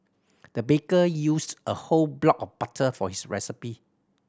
the baker used a whole block of butter for his recipe